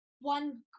one